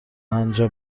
آنجا